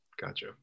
gotcha